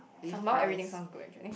sambal everything sounds good actually